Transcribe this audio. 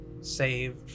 save